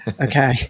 Okay